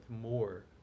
more